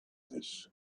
this